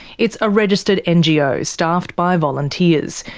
it's a registered ngo, staffed by volunteers,